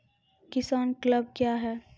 किसान क्लब क्या हैं?